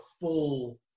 full